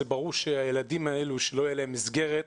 ברור שהילדים האלו שלא תהיה להם מסגרת,